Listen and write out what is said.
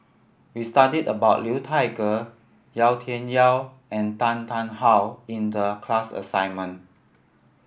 we studied about Liu Thai Ker Yau Tian Yau and Tan Tarn How in the class assignment